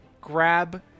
grab